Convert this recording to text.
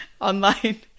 online